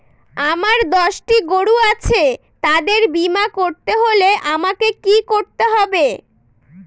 আমার দশটি গরু আছে তাদের বীমা করতে হলে আমাকে কি করতে হবে?